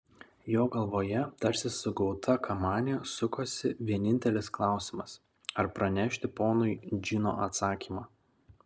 jo galvoje tarsi sugauta kamanė sukosi vienintelis klausimas ar pranešti ponui džino atsakymą